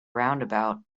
roundabout